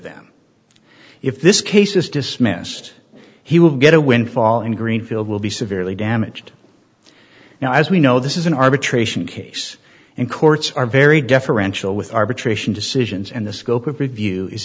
them if this case is dismissed he will get a windfall and greenfield will be severely damaged now as we know this is an arbitration case and courts are very deferential with arbitration decisions and the scope of review is